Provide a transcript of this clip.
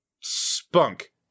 spunk